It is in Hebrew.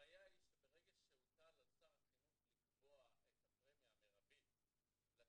הבעיה היא שברגע שהוטל על שר החינוך לקבוע את הפרמיה המרבית לתלמיד